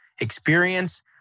experience